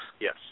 yes